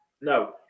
No